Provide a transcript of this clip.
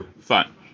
Fine